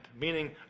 meaning